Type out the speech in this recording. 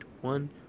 one